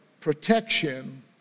protection